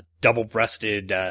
double-breasted